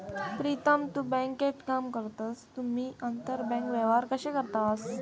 प्रीतम तु बँकेत काम करतस तुम्ही आंतरबँक व्यवहार कशे करतास?